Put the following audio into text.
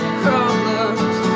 problems